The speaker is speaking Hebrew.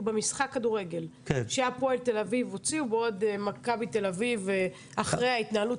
במשחק כדורגל שהפועל תל אביב הוציאו בעוד מכבי תל אביב אחרי ההתנהלות